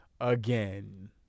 again